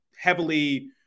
heavily